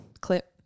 clip